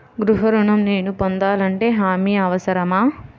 గృహ ఋణం నేను పొందాలంటే హామీ అవసరమా?